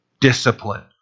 discipline